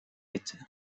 etti